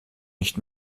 nicht